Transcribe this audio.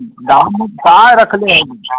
दाम ऊम का रख ले